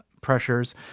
pressures